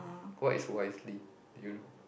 what is wisely you know